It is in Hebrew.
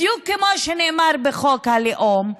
בדיוק כמו שנאמר בחוק הלאום,